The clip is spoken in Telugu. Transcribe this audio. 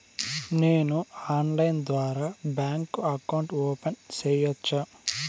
నేను ఆన్లైన్ ద్వారా బ్యాంకు అకౌంట్ ఓపెన్ సేయొచ్చా?